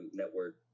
network